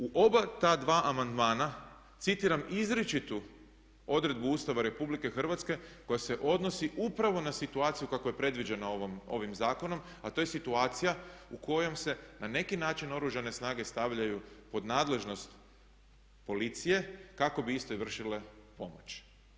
U oba ta dva amandmana citiram izričitu odredbu Ustava RH koja se odnosi upravo na situaciju kakva je predviđena ovim zakonom a to je situacija u kojoj se na neki način Oružane snage stavljaju pod nadležnost policije kako bi iste vršile pomoć.